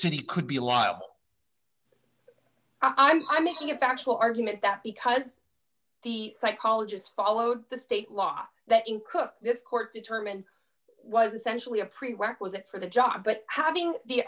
city could be liable i'm making a factual argument that because the psychologist followed the state law that in cook this court determined was essentially a prerequisite for the job but having the